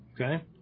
Okay